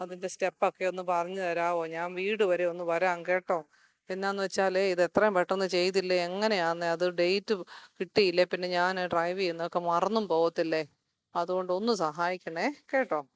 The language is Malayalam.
അതിൻ്റെ സ്റ്റെപ്പൊക്കെ ഒന്ന് പറഞ്ഞുതരാവോ ഞാന് വീട് വരെ ഒന്ന് വരാം കേട്ടോ എന്താന്നു വച്ചാലേ ഇത് എത്രയും പെട്ടെന്ന് ചെയ്തില്ലെങ്കില് എങ്ങനെ ആന്നെ അത് ഡേറ്റ് കിട്ടിയില്ലെങ്കില് പിന്നെ ഞാന് ഡ്രൈവേയുന്നക്കെ മറന്നും പോവത്തില്ലെ അതുകൊണ്ട് ഒന്ന് സഹായിക്കണേ കേട്ടോ